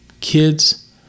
kids